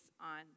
on